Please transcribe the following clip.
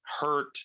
hurt